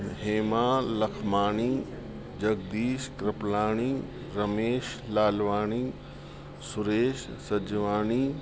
Hema Lakhmani Jagdish Kripalani Ramesh Lalwani Suresh Sajwani